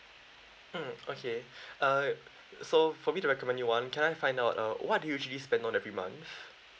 mm okay uh so for me to recommend you one can I find out uh what do you usually spend on every month